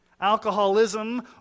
alcoholism